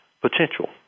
potential